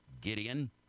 Gideon